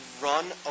run